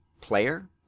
player